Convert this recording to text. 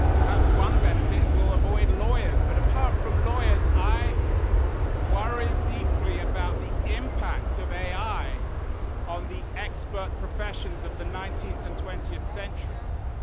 perhaps one benefit is we'll avoid lawyers, but apart from lawyers, i worry deeply about the impact of ai on the expert professions of the nineteenth and twentieth century.